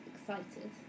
excited